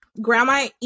Grandma